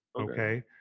Okay